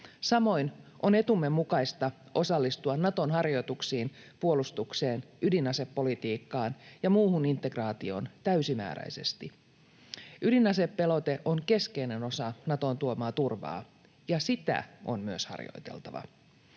Samoin on etumme mukaista osallistua Naton harjoituksiin, puolustukseen, ydinasepolitiikkaan ja muuhun integraatioon täysimääräisesti. Ydinasepelote on keskeinen osa Naton tuomaa turvaa, ja sitä on myös harjoiteltava.